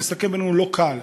נסכם בינינו, לא קל.